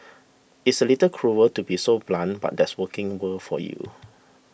it's a little cruel to be so blunt but that's working world for you